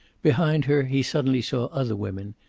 behind her he suddenly saw other women,